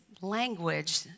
language